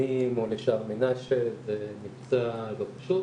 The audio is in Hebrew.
לאיתנים או לשער מנשה זה מבצע לא פשוט,